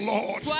Lord